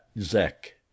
zek